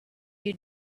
you